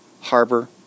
Harbor